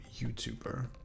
YouTuber